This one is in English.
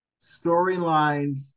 storylines